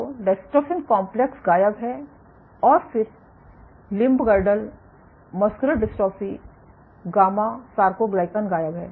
तो dystrophin complex गायब है और फिर limb girdle muscular dystrophy gamma sarcoglycan गायब है